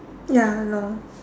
ya long